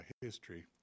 history